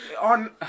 on